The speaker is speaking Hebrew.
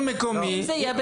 לא.